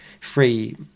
free